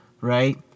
right